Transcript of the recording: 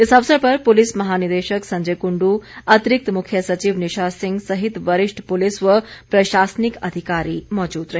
इस अवसर पर पुलिस महानिदेश संजय कुंडू अतिरिक्त मुख्य सचिव नीशा सिंह सहित वरिष्ठ पुलिस व प्रशासनिक अधिकारी मौजूद रहे